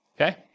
okay